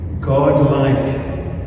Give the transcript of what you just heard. God-like